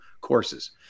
courses